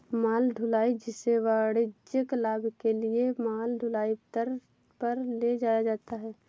माल ढुलाई, जिसे वाणिज्यिक लाभ के लिए माल ढुलाई दर पर ले जाया जाता है